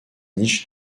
niche